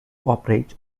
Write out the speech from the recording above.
operate